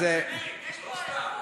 יש פה איכות.